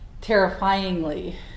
terrifyingly